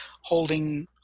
holding